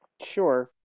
sure